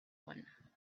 one